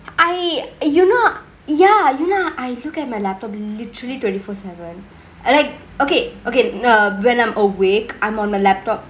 I eh you not ya you know I forget my laptop literally twenty four seven I like okay okay no when I'm awake I'm on my laptop